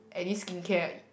any skincare